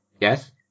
Yes